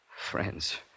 Friends